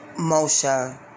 Moshe